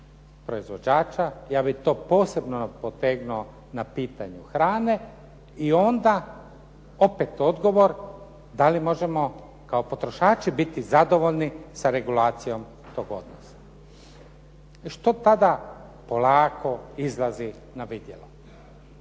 proizvođača, ja bih to posebno potegnuo na pitanju hrane i onda opet odgovor da li možemo kao potrošači biti zadovoljni sa regulacijom tog odnosa. Što pada polako izlazi na vidjelo